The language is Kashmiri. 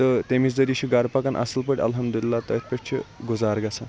تہٕ تمے ذٔریعہِ چھ گَرٕ پَکان اصل پٲٹھۍ اَلحَمدُلِاللہ تٔتھۍ پیٹھ چھُ گُزارٕ گَژھان